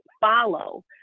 follow